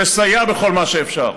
לסייע בכל מה שאפשר.